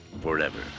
forever